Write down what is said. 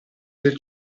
del